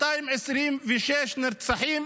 226 נרצחים.